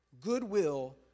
goodwill